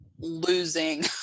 losing